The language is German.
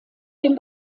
dem